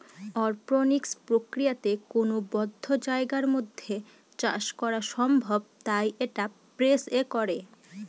অরপনিক্স প্রক্রিয়াতে কোনো বদ্ধ জায়গার মধ্যে চাষ করা সম্ভব তাই এটা স্পেস এ করে